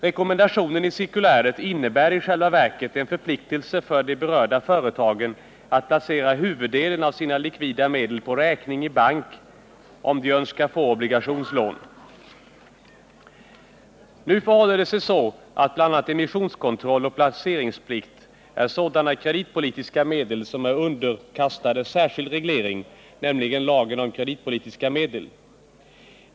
Rekommendationen i cirkuläret innebär i själva verket en förpliktelse för de berörda företagen att placera huvuddelen av sina likvida medel på räkning i bank, om de önskar få obligationslån. Nu förhåller det sig så att bl.a. emissionskontroll och placeringsplikt är sådana kreditpolitiska medel som är underkastade särskild reglering, nämligen lagen om kreditpolitiska medel.